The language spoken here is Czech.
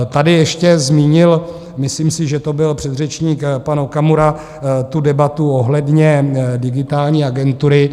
Tady ještě zmínil myslím si, že to byl předřečník pan Okamura tu debatu ohledně Digitální agentury.